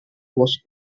was